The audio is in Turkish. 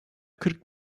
kırk